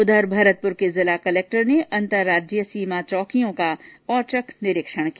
उधर भरतपुर के जिला कलक्टर ने अन्तरराज्यीय सीमा चौकियों का औचक निरीक्षण किया